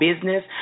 business